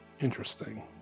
interesting